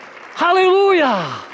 Hallelujah